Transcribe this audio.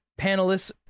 panelists